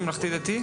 ממלכתי-דתי?